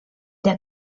der